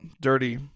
dirty